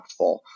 impactful